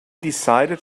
decided